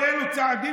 כל אלו צעדים